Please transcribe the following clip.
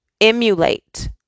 emulate